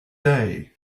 day